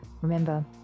Remember